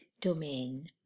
domain